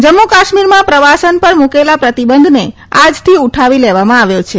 જમ્મુ કાશ્મીરમાં પ્રવાસન પર મૂકાયેલા પ્રતિબંધને આજથી ઉઠાવી લેવામાં આવ્યો છે